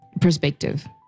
perspective